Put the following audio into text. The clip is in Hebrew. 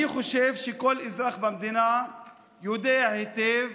אני חושב שכל אזרח במדינה יודע היטב: